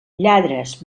lladres